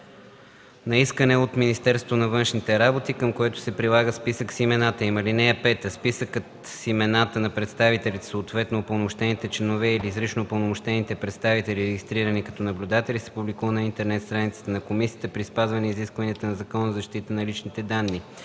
на искане от Министерството на външните работи, към което се прилага списък с имената им. (5) Списъкът с имената на представителите, съответно упълномощените членове или изрично упълномощените представители, регистрирани като наблюдатели, се публикува на интернет страницата на комисията при спазване изискванията на Закона за защита на личните данни.